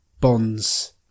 Bond's